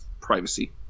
privacy